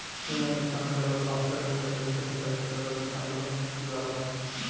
एइमे नुकसान भइला पर बहत्तर घंटा के भीतर शिकायत कईला पर नुकसान के भरपाई हो जाला